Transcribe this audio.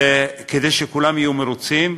כדי שכולם יהיו מרוצים,